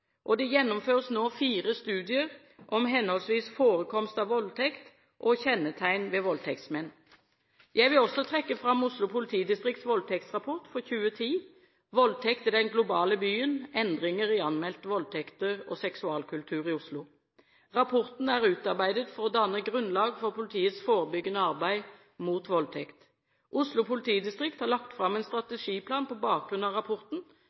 kunnskap. Det gjennomføres nå fire studier om henholdsvis forekomst av voldtekt og kjennetegn ved voldtektsmenn. Jeg vil også trekke fram Oslo politidistrikts voldtektsrapport for 2010, «Voldtekt i den globale byen. Endringer i anmeldte voldtekter og seksualkultur i Oslo». Rapporten er utarbeidet for å danne grunnlag for politiets forebyggende arbeid mot voldtekt. Oslo politidistrikt har lagt fram en strategiplan på bakgrunn av rapporten